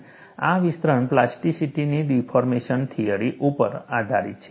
અને આ વિસ્તરણ પ્લાસ્ટિસિટીની ડિફોર્મેશન થિયરી ઉપર આધારિત છે